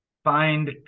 find